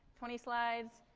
twenty slides,